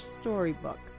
storybook